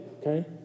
okay